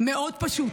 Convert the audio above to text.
מאוד פשוט.